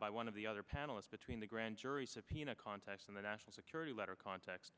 by one of the other panelist between the grand jury subpoena contest and the national security letter context